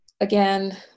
again